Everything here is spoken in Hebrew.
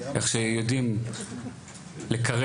איך שיודעים לקרב.